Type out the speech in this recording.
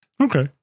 okay